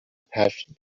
patch